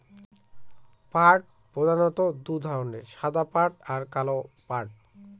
পাট প্রধানত দু ধরনের সাদা পাট আর কালো পাট